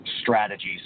strategies